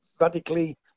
radically